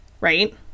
right